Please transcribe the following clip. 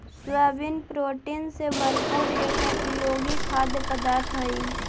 soybean protein से भरपूर एक उपयोगी खाद्य पदार्थ हई